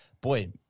boy